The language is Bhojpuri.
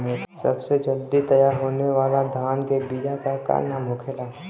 सबसे जल्दी तैयार होने वाला धान के बिया का का नाम होखेला?